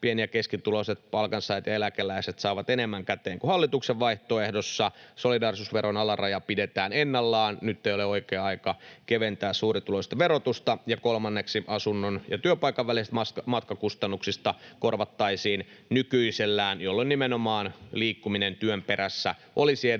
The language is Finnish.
pieni- ja keskituloiset palkansaajat ja eläkeläiset saavat enemmän käteen kuin hallituksen vaihtoehdossa. Solidaarisuusveron alaraja pidetään ennallaan, sillä nyt ei ole oikea aika keventää suurituloisten verotusta. Kolmanneksi asunnon ja työpaikan välisistä matkakustannuksista korvattaisiin nykyisellään, jolloin nimenomaan liikkuminen työn perässä olisi edullisempaa